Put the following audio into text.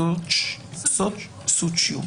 סוצ'יו.